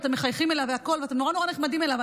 מחייכים אליו והכול, ואתם נורא נורא נחמדים אליו.